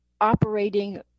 operating